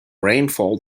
rainfall